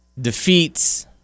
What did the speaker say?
defeats